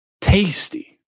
Tasty